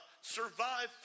survive